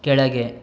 ಕೆಳಗೆ